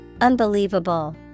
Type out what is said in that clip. Unbelievable